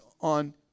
on